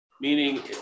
meaning